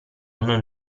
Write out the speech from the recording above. non